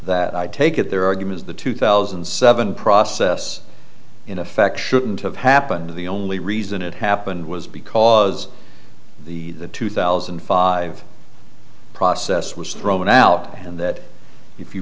that i take it there are given as the two thousand and seven process in effect shouldn't have happened to the only reason it happened was because the two thousand and five process was thrown out and that if you